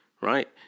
right